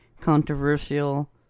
controversial